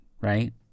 right